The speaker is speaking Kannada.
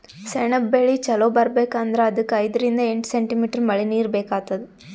ಸೆಣಬ್ ಬೆಳಿ ಚಲೋ ಬರ್ಬೆಕ್ ಅಂದ್ರ ಅದಕ್ಕ್ ಐದರಿಂದ್ ಎಂಟ್ ಸೆಂಟಿಮೀಟರ್ ಮಳಿನೀರ್ ಬೇಕಾತದ್